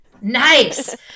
Nice